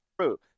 true